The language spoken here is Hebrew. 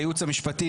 ההסתייגות לא התקבלה.